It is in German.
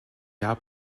jahr